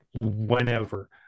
whenever